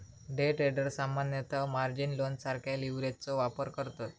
day traders सामान्यतः margin लोनसारख्या लीव्हरेजचो वापर करतत